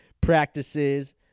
practices